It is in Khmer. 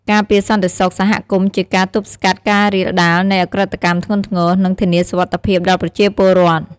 ការពារសន្តិសុខសហគមន៍ជាការ ទប់ស្កាត់ការរាលដាលនៃឧក្រិដ្ឋកម្មធ្ងន់ធ្ងរ និងធានាសុវត្ថិភាពដល់ប្រជាពលរដ្ឋ។